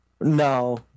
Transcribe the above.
No